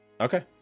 Okay